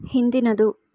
ಹಿಂದಿನದು